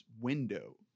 window